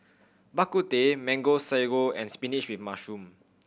Bak Kut Teh Mango Sago and spinach with mushroom